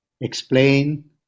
explain